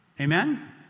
Amen